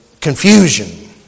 Confusion